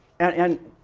and